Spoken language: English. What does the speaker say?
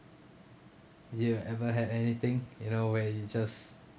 do you ever had anything you know where it just